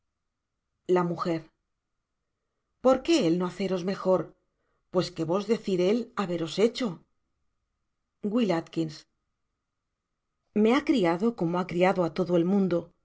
la m por qué él no haceros mejor pues que vos decir él haberos hecho w a me ha criado como ha criado á todo el mundo